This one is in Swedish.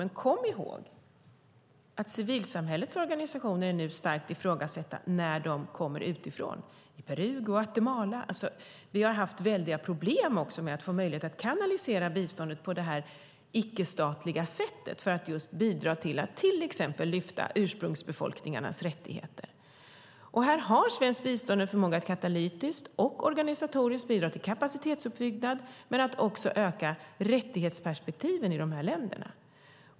Men kom ihåg att civilsamhällets organisationer nu är starkt ifrågasatta när de kommer utifrån. Det gäller i Peru och Guatemala. Vi har också haft stora problem med att kanalisera biståndet på detta icke-statliga sätt för att bidra till att exempelvis lyfta fram ursprungsbefolkningarnas rättigheter. Här har svenskt bistånd en förmåga att katalytiskt och organisatoriskt bidra till kapacitetsuppbyggnad men även öka rättighetsperspektiven i dessa länder.